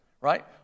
right